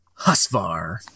Husvar